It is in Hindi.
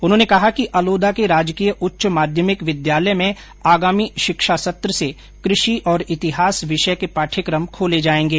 उन्होंने कहा कि अलोदा के राजकीय उच्च माध्यमिक विद्यालय में आगामी शिक्षा सत्र से कृषि और इतिहास विषय के पाठ्यक्रम खोले जायेंगे